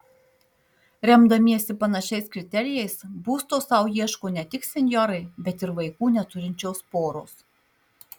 remdamiesi panašiais kriterijais būsto sau ieško ne tik senjorai bet ir vaikų neturinčios poros